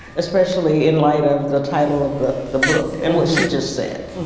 especially in light of the title of the the book and what she just said.